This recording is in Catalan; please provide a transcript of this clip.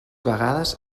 vegades